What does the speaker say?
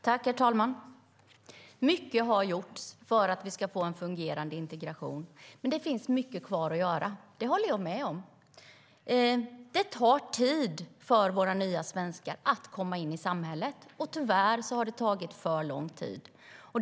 Herr talman! Mycket har gjorts för att vi ska få en fungerande integration, men det finns mycket kvar att göra. Det håller jag med om. Det tar tid för våra nya svenskar att komma in i samhället, och tyvärr har det tagit för lång tid.